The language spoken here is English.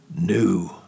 new